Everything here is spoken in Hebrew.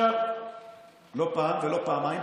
לא פעם ולא פעמיים,